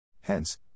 Hence